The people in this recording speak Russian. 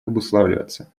обусловливаться